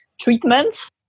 treatments